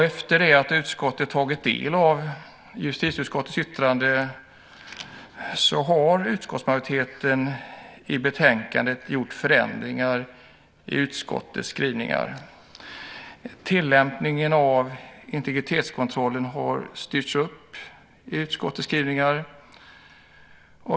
Efter att utskottet tagit del av justitieutskottets yttrande har utskottsmajoriteten gjort förändringar i skrivningarna i betänkandet. Tillämpningen av integritetskontrollen har styrts upp i utskottets skrivningar.